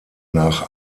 nach